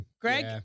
Greg